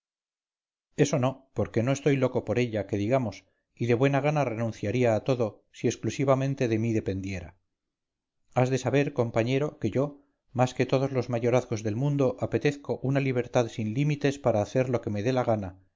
eso no porque no estoy loco por ella que digamos y de buena gana renunciaría a todo si exclusivamente de mí dependiera has de saber compañero que yo más que todos los mayorazgos del mundo apetezco una libertad sin límites para hacer lo que me dé la gana